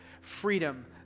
freedom